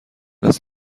است